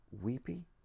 weepy